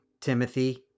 Timothy